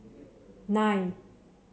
nine